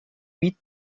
huit